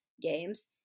games